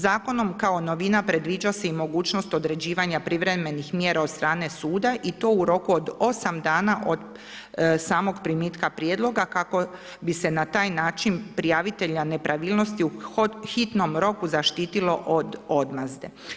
Zakonom kao novina predviđa se i mogućnost određivanja privremenih mjera od strane suda i to u roku od 8 dana od samog primitka prijedloga kako bi se na taj način prijavitelja nepravilnosti u hitnom roku zaštitilo od odmazde.